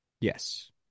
Yes